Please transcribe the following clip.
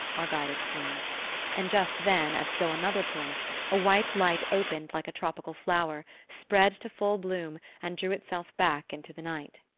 our guide explained and just then, at still another point a white light opened like a tropical flower, spread to full bloom and drew itself back into the night.